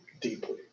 deeply